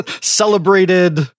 celebrated